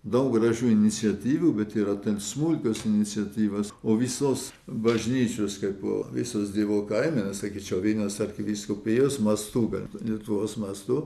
daug gražių iniciatyvų bet yra ten smulkios iniciatyvos o visos bažnyčios kaipo visos dievo kaime sakyčiau vilniaus arkivyskupijos mastu gal lietuvos mastu